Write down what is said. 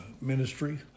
ministry